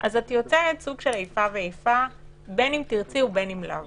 אז את יוצרת סוג של איפה ואיפה בין אם תרצי ובין אם לאו.